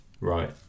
Right